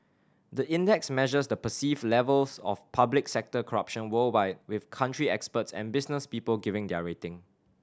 the index measures the perceived levels of public sector corruption worldwide with country experts and business people giving their rating